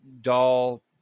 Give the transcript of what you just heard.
doll